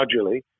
gradually